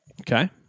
okay